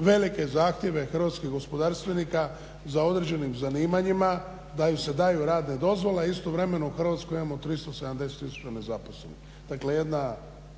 velike zahtjeve hrvatskih gospodarstvenika za određenim zanimanjima, da im se daju radne dozvole a istovremeno u Hrvatskoj imamo 370 tisuća nezaposlenih. Dakle jedna